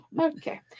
okay